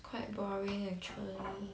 quite boring actually